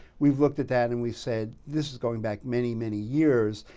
we've looked at that and we've said this is going back many, many years,